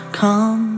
come